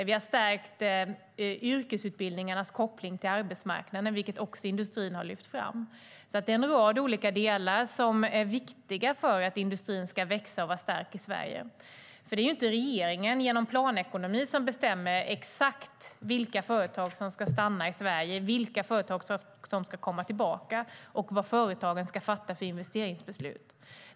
Vi har stärkt yrkesutbildningarnas koppling till arbetsmarknaden, vilket industrin också har lyft fram. Det är alltså en rad olika delar som är viktiga för att industrin ska växa och vara stark i Sverige. Det är inte regeringen som genom planekonomi bestämmer exakt vilka företag som ska stanna i Sverige, vilka företag som ska komma tillbaka och vad företagen ska fatta för investeringsbeslut.